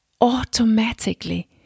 automatically